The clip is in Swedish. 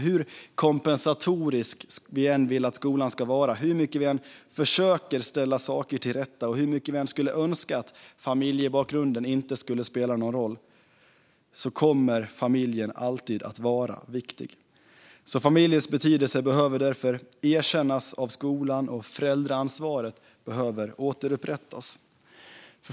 Hur kompensatorisk vi än vill att skolan ska vara, hur mycket vi än försöker ställa saker till rätta och hur mycket vi än skulle önska att familjebakgrunden inte spelade någon roll kommer familjen alltid att vara viktig. Familjens betydelse behöver därför erkännas av skolan, och föräldraansvaret behöver återupprättas.